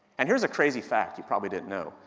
and here's a crazy fact you probably didn't know,